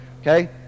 Okay